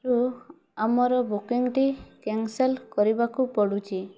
ରୁ ଆମର ବୁକିଂଟି କ୍ୟାନସଲ୍ କରିବାକୁ ପଡ଼ୁଛି